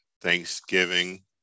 Thanksgiving